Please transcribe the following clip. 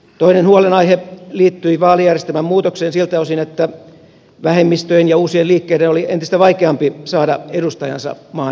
toinen huolenaihe liittyi vaalijärjestelmän muutokseen siltä osin että vähemmistöjen ja uusien liikkeiden oli entistä vaikeampi saada edustajansa maan parlamenttiin